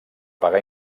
pagar